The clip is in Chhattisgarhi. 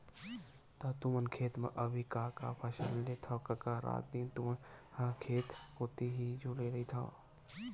त तुमन खेत म अभी का का फसल लेथव कका रात दिन तुमन ह खेत कोती ही झुले रहिथव?